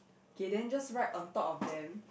okay then just right on top of them